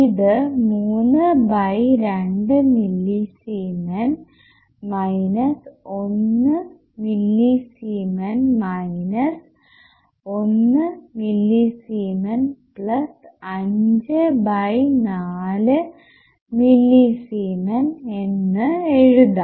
ഇത് 3 by 2 millisiemens minus 1 millisiemens minus 1 millisiemens plus 5 by 4 millisiemens എന്ന് എഴുതാം